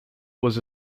was